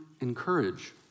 encourage